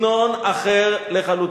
מפכ"לים, וזה סגנון אחר לחלוטין,